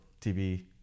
TV